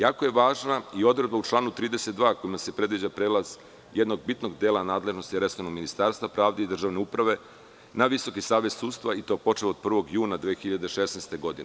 Jako je važna i odredba u članu 32, kojom se predviđa prelaz jednog bitnog dela nadležnosti resornog Ministarstva pravde i državne uprave na Visoki savet sudstva i to počev od 1. juna 2016. godine.